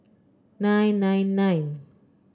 nine nine nine